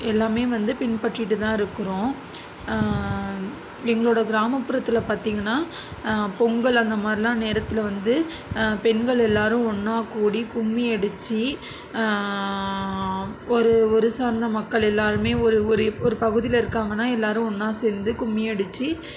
எல்லாமே வந்து பின்பற்றிட்டு தான் இருக்கிறோம் எங்களோடய கிராமபுறத்தில் பார்த்திங்கன்னா பொங்கல் அந்த மாதிரிலா நேரத்தில் வந்து பெண்கள் எல்லாரும் ஒன்றா கூடி கும்மி அடித்து ஒரு ஒரு சார்ந்த மக்கள் எல்லாருமே ஒரு ஒரு ஒரு பகுதியில் இருக்காங்கன்னா எல்லாரும் ஒன்றா சேர்ந்து கும்மி அடித்து